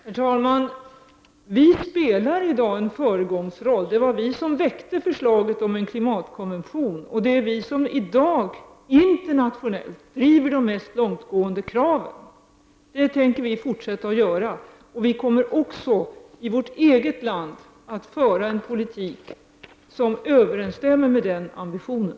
Herr talman! Vi spelar i dag en föregångsroll. Det var vi som väckte förslaget om en klimatkonvention, och det är vi som i dag internationellt driver de mest långtgående kraven. Det tänker vi fortsätta att göra. Vi kommer också att i vårt eget land föra en politik som överensstämmer med den ambitionen.